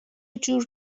جور